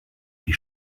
die